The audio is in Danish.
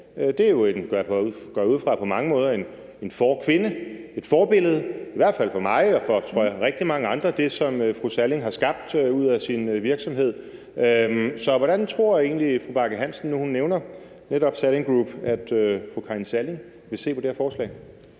jeg ud fra, på mange måder en forkvinde og et forbillede, i hvert fald for mig og for, tror jeg, rigtig mange andre, med det, som fru Karin Salling har skabt ud af sin virksomhed. Så hvordan tror fru Charlotte Bagge Hansen egentlig, nu hun nævner netop Salling Group, at fru Karin Salling vil se på det her forslag?